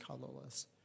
colorless